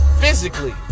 Physically